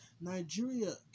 Nigeria